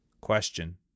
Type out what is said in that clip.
Question